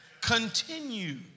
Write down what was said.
continue